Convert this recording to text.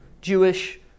Jewish